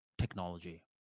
technology